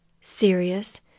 serious